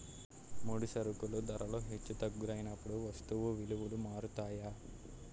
ముడి సరుకుల ధరలు హెచ్చు తగ్గులైనప్పుడు వస్తువు విలువలు మారుతాయి